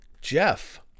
Jeff